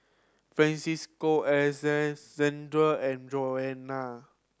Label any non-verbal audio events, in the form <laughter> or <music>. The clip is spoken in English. Francisca <unintelligible> and Jonna